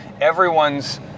everyone's